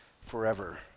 forever